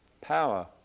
power